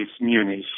Munich